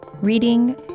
reading